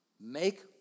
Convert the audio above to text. Make